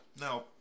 Now